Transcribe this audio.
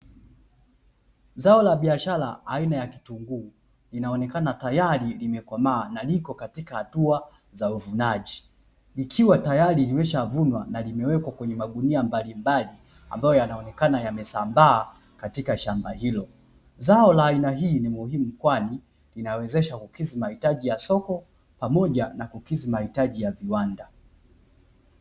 Zao la biashara aina ya kitunguu linaonekana tayari limekomaa na liko katika hatua za uvunaji ikiwa tayari limeshavunwa na limewekwa kwenye magunia mbalimbali ambayo yanaonekana yamesambaa katika shamba hilo, zao la aina hii ni muhimu kwani linawezesha kukizi mahitaji ya soko pamoja na kukizi mahitaji ya viwanda.